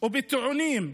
ובטיעונים אזרחיים,